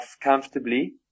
comfortably